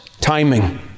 timing